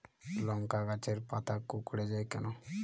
লংকা গাছের পাতা কুকড়ে যায় কেনো?